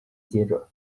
接着